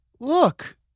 Look